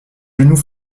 genoux